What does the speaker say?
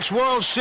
World